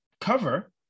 cover